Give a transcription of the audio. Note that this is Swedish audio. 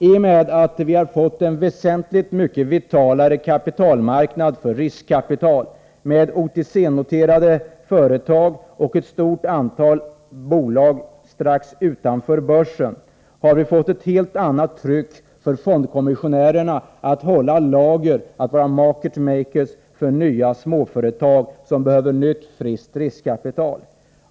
I och med att vi har fått en väsentligt vitalare kapitalmarknad för riskkapital, med OTC-noterade företag och ett stort antal bolag strax utanför börsen, har också fondkommissionärerna fått ett helt annat tryck på sig att hålla lager, att vara market makers för nya småföretag, som behöver nytt och friskt riskkapital.